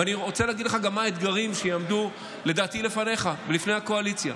ואני רוצה להגיד לך גם מה האתגרים שלדעתי יעמדו לפניך ולפני הקואליציה.